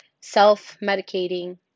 Self-medicating